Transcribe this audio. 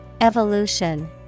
Evolution